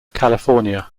california